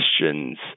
questions